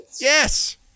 Yes